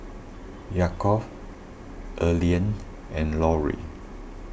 Yaakov Earlean and Lorrie